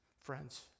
friends